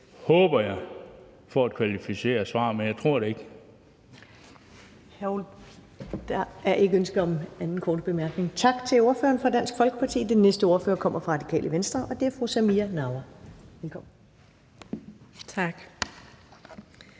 håber jeg – får et kvalificeret svar. Men jeg tror det ikke.